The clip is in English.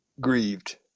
grieved